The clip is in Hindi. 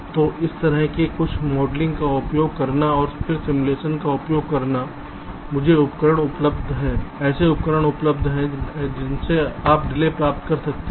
तो इस तरह से कुछ मॉडलिंग का उपयोग करना और फिर सिमुलेशन का उपयोग करना ऐसे उपकरण उपलब्ध हैं जिनसे आप डिले प्राप्त कर सकते हैं